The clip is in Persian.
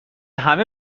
همه